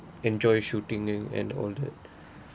enjoy shooting and and all that